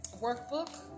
workbook